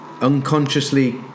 unconsciously